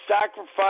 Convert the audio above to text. sacrifice